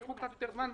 ייקחו קצת יותר זמן.